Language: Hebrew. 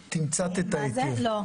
לא.